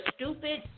stupid